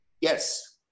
Yes